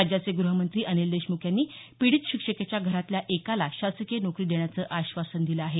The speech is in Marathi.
राज्याचे गृहमंत्री अनिल देशमुख यांनी पिडीत शिक्षिकेच्या घरातल्या एकाला शासकीय नोकरी देण्याचं आश्वासन दिलं आहे